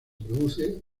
produce